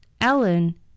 Ellen